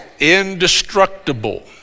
indestructible